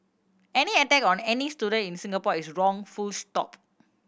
any attack on any student in Singapore is wrong full stop